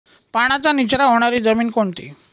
पाण्याचा निचरा होणारी जमीन कोणती?